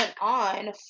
on